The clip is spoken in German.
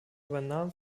übernahm